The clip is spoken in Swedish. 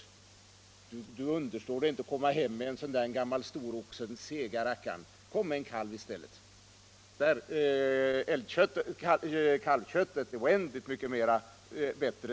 Hon säger: ”Du understår dig inte att komma hem med en sådan där gammal oxe, en sådan där seg rackare! Kom med en kalv i stället!” Kalvköttet är oändligt mycket bättre.